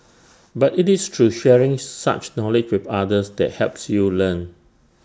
but IT is through sharing such knowledge with others that helps you learn